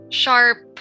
sharp